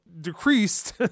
decreased